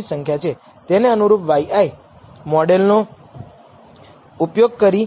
હતું કે જો તે 1 ની નજીક હોય તો આપણે તે એક સૂચક હોવું જોઈએ કે રેખીય મોડેલ કદાચ સારું હોય